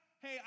hey